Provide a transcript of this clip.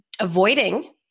avoiding